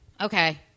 Okay